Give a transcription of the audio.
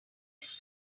his